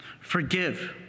Forgive